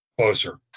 closer